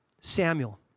Samuel